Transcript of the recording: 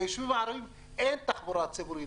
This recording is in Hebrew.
ביישובים הערביים אין תחבורה ציבורית.